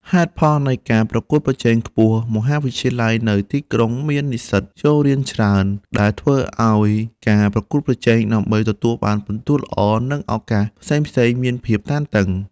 ហេតុផលនៃការប្រកួតប្រជែងខ្ពស់មហាវិទ្យាល័យនៅទីក្រុងមាននិស្សិតចូលរៀនច្រើន ដែលធ្វើឱ្យការប្រកួតប្រជែងដើម្បីទទួលបានពិន្ទុល្អ និងឱកាសផ្សេងៗមានភាពតានតឹង។